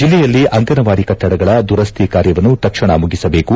ಜಲ್ಲೆಯಲ್ಲಿ ಅಂಗಸವಾಡಿ ಕಟ್ಟಡಗಳ ದುರಸ್ತಿ ಕಾರ್ಯವನ್ನು ತಕ್ಷಣ ಮುಗಿಸಬೇಕು